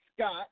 Scott